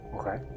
Okay